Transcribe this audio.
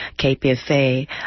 KPFA